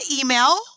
email